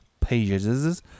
pages